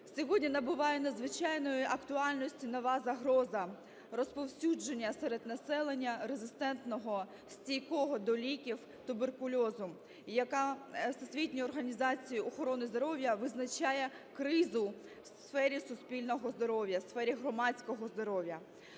Сьогодні набуває надзвичайної актуальності нова загроза: розповсюдження серед населення резистентного (стійкого) до ліків туберкульозу. Всесвітня організація охорони здоров'я визначає кризу в сфері суспільного здоров'я, в сфері громадського здоров'я.